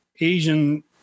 Asian